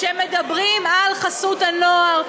כשמדברים על חסות הנוער,